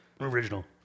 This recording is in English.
original